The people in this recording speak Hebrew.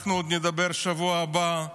אנחנו עוד נדבר בשבוע הבא.